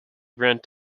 rent